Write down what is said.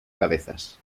cabezas